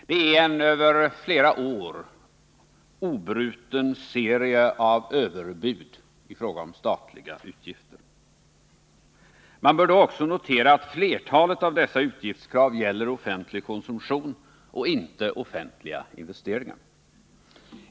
Det är en över flera år obruten serie av överbud i fråga om statliga utgifter. Man bör då också notera att flertalet av dessa utgiftskrav gäller offentlig konsumtion och inte offentliga investeringar.